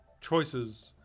choices